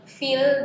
feel